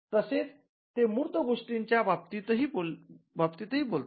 तसेच ते मूर्त गोष्टींच्या बाबतीतही बोलतात